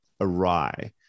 awry